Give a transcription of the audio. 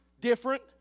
different